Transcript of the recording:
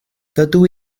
dydw